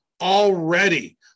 already